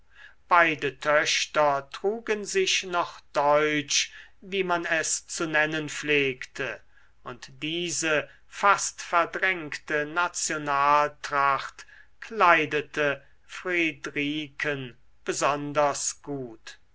beide töchter trugen sich noch deutsch wie man es zu nennen pflegte und diese fast verdrängte nationaltracht kleidete friedriken besonders gut